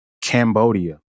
Cambodia